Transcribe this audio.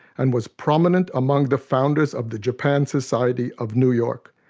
and was prominent among the founders of the japan society of new york,